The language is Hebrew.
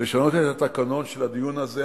לשנות את התקנון של הדיון הזה.